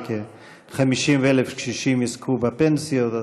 וכ-50,000 קשישים יזכו בפנסיות.